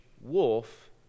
wolf